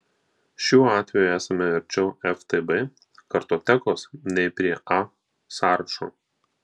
šiuo atveju esame arčiau ftb kartotekos nei prie a sąrašo